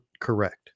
correct